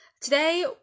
Today